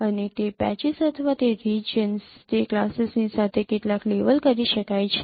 અને તે પેચીસ અથવા તે રિજિયન્સ તે ક્લાસીસની સાથે કેટલાક લેવલ કરી શકાય છે